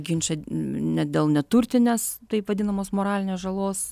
ginčą ne dėl neturtinės taip vadinamos moralinės žalos